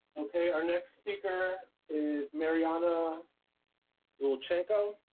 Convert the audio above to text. okay, our next speaker is mariana olchenco.